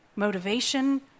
motivation